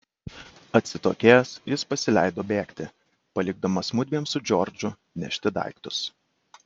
atsitokėjęs jis pasileido bėgti palikdamas mudviem su džordžu nešti daiktus